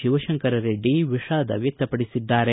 ಶಿವಶಂಕರರೆಡ್ಡಿ ವಿಷಾದ ವ್ಯಕ್ತಪಡಿಸಿದ್ದಾರೆ